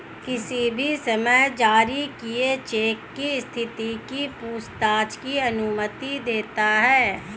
किसी भी समय जारी किए चेक की स्थिति की पूछताछ की अनुमति देता है